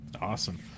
Awesome